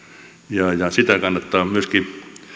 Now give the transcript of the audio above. ja ja sitä kannattaa miettiä myöskin